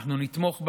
אנחנו נתמוך בה,